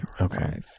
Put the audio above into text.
Okay